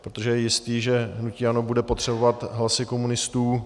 Protože je jisté, že hnutí ANO bude potřebovat hlasy komunistů.